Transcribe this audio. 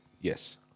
yes